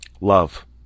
Love